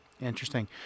Interesting